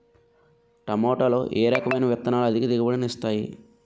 టమాటాలో ఏ రకమైన విత్తనాలు అధిక దిగుబడిని ఇస్తాయి